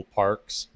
parks